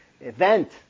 event